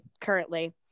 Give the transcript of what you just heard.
currently